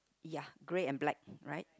ya grey and black right